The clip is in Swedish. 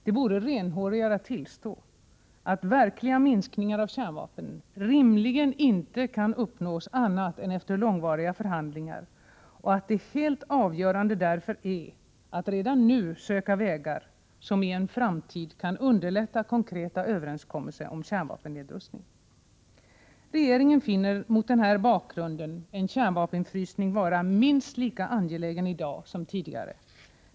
Det vore renhårigare att tillstå att verkliga minskningar av kärnvapen rimligen inte kan uppnås annat än efter långvariga förhandlingar och att det helt avgörande därför är att redan nu söka vägar som i en framtid kan underlätta konkreta överenskommelser om kärnvapennedrustning. Regeringen finner mot denna bakgrund en kärnvapenfrysning vara minst lika angelägen i dag som tidigare.